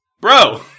Bro